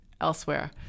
elsewhere